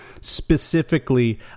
specifically